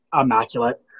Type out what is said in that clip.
immaculate